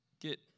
get